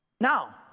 Now